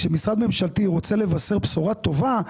כשמשרד ממשלתי רוצה לבשר בשורה טובה,